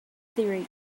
theory